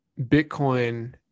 bitcoin